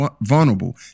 vulnerable